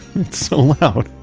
so loud,